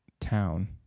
town